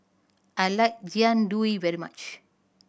I like Jian Dui very much